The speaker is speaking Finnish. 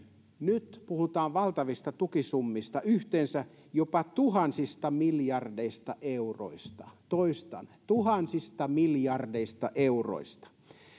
nyt puhutaan valtavista tukisummista yhteensä jopa tuhansista miljardeista euroista toistan tuhansista miljardeista euroista